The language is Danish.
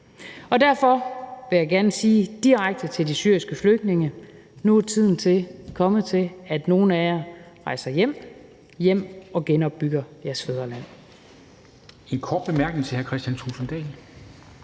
Derfor vil jeg gerne sige direkte til de syriske flygtninge: Nu er tiden kommet til, at nogle af jer rejser hjem - hjem og genopbygger jeres fædreland.